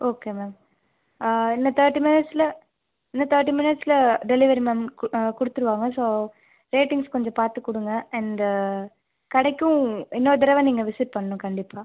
okay ma'am இன்னும் thirty மினிட்ஸ்ல இன்னும் தேர்ட்டி மினிட்ஸ்ல டெலிவரி மேம் கொடுத்துருவாங்க ஸோ ரேட்டிங்ஸ் கொஞ்சம் பார்த்து கொடுங்க அண்டு கடைக்கும் இன்னொரு தடவை நீங்கள் விசிட் பண்ணும் கண்டிப்பாக